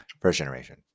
First-generation